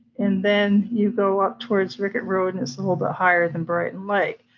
and then you go up towards rickett road, and it's a little bit higher than brighton lake.